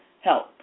help